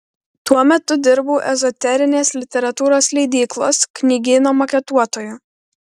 tuo metu dirbau ezoterinės literatūros leidyklos knygyno maketuotoju